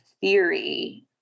theory